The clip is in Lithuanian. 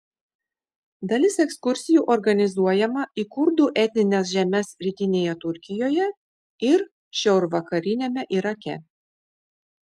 dalis ekskursijų organizuojama į kurdų etnines žemes rytinėje turkijoje ir šiaurvakariniame irake